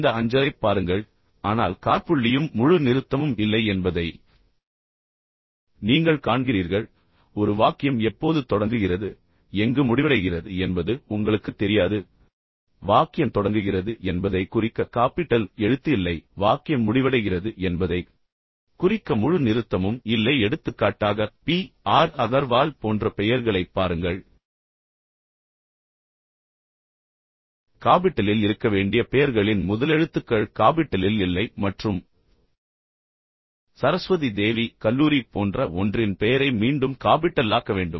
இந்த அஞ்சலைப் பாருங்கள் நாங்கள் பகுப்பாய்வு செய்யப் போவதில்லை ஆனால் காற்புள்ளியும் முழு நிறுத்தமும் இல்லை என்பதை நீங்கள் காண்கிறீர்கள் பின்னர் ஒரு வாக்கியம் எப்போது தொடங்குகிறது எங்கு முடிவடைகிறது என்பது உங்களுக்குத் தெரியாது ஒரு வாக்கியம் தொடங்குகிறது என்பதைக் குறிக்க காப்பிட்டல் எழுத்து இல்லை வாக்கியம் முடிவடைகிறது என்பதைக் குறிக்க முழு நிறுத்தமும் இல்லை எடுத்துக்காட்டாக பி ஆர் அகர்வால் போன்ற பெயர்களைப் பாருங்கள் எனவே காபிட்டலில் இருக்க வேண்டிய பெயர்களின் முதலெழுத்துக்கள் காபிட்டலில் இல்லை மற்றும் சரஸ்வதி தேவி கல்லூரி போன்ற ஒன்றின் பெயரை மீண்டும் காபிட்டல்லாக்க் வேண்டும்